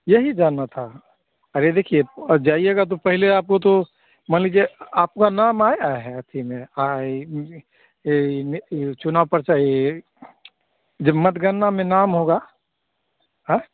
यही जानना था अरे देखिए जाइएगा तो पहले आपको तो मान लीजिए आपका नाम आया है अथी में आइ में ने चुनाव पर्चा यह जब मतगणना में नाम होगा हाँ